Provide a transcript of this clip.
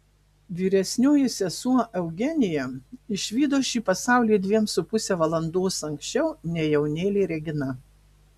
vyresnioji sesuo eugenija išvydo šį pasaulį dviem su puse valandos anksčiau nei jaunėlė regina